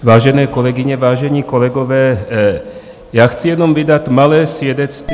Vážené kolegyně, vážení kolegové, chci jenom vydat malé svědectví.